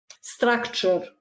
structure